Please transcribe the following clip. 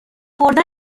بردن